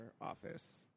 Office